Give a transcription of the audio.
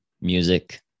music